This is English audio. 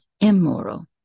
immoral